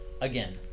Again